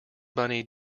bunny